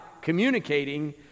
communicating